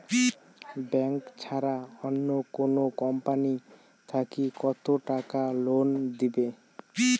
Bank ছাড়া অন্য কোনো কোম্পানি থাকি কত টাকা লোন দিবে?